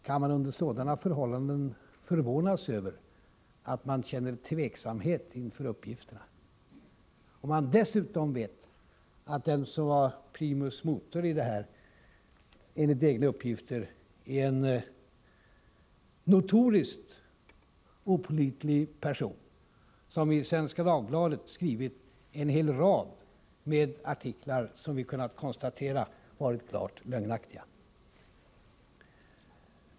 Är det under sådana förhållanden förvånande att man känner tveksamhet inför uppgifterna, när man dessutom vet att den som enligt egna uppgifter var primus motor i den här saken är en notoriskt opålitlig person, som i Svenska Dagbladet skrivit en hel rad artiklar som vi kunnat konstatera varit klart lögnaktiga.